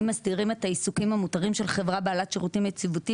אם מסדירים את העיסוקים המותרים של חברה בעלת שירותים יציבותיים,